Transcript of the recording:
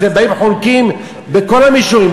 אתם באים וחונקים בכל המישורים.